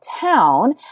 town